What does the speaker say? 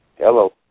Hello